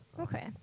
Okay